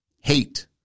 hate